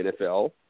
nfl